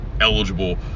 eligible